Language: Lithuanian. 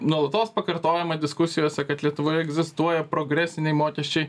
nuolatos pakartojama diskusijose kad lietuvoje egzistuoja progresiniai mokesčiai